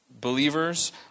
believers